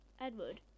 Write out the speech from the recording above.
Edward